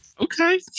Okay